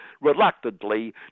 reluctantly